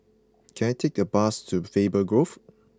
can I take a bus to Faber Grove